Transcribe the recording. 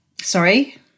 sorry